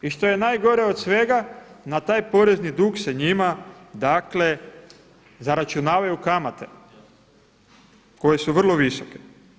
I što je najgore od svega na taj porezni dug se njima dakle zaračunavaju kamate koje su vrlo visoke.